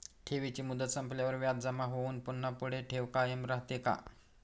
ठेवीची मुदत संपल्यावर व्याज जमा होऊन पुन्हा पुढे ठेव कायम राहते का?